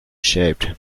shaped